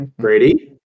Grady